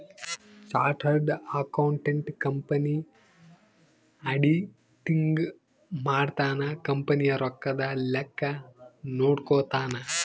chartered accountant company auditing ಮಾಡ್ತನ company ದು ರೊಕ್ಕದ ಲೆಕ್ಕ ನೋಡ್ಕೊತಾನ